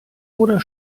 oder